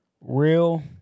real